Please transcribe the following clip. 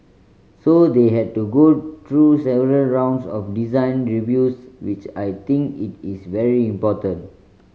so they had to go through several rounds of design reviews which I think it is very important